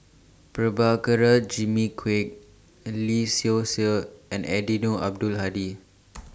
Prabhakara Jimmy Quek Lee Seow Ser and Eddino Abdul Hadi